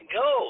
go